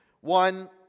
One